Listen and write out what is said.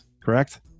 Correct